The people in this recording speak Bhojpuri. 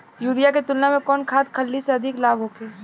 यूरिया के तुलना में कौन खाध खल्ली से अधिक लाभ होखे?